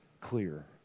clear